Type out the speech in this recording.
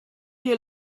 dir